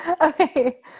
okay